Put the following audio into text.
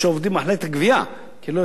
שעובדים במחלקת הגבייה, כי לא יהיה צורך בה.